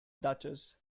duchess